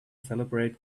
celebrate